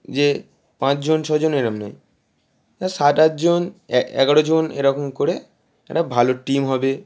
যে পাঁচজন ছজন এরম নয় সাত আটজন এগারোজন এরকম করে একটা ভালো টিম হবে